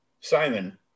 Simon